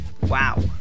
wow